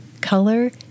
color